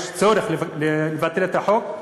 יש צורך לבטל את החוק,